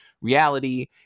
reality